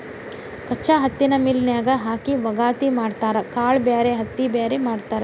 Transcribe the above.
ಕಚ್ಚಾ ಹತ್ತಿನ ಮಿಲ್ ನ್ಯಾಗ ಹಾಕಿ ವಗಾತಿ ಮಾಡತಾರ ಕಾಳ ಬ್ಯಾರೆ ಹತ್ತಿ ಬ್ಯಾರೆ ಮಾಡ್ತಾರ